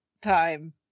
time